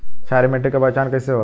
क्षारीय मिट्टी के पहचान कईसे होला?